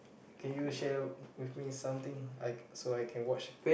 can you share with me something I so I can watch